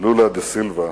לולה דה סילבה,